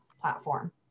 platform